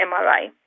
MRI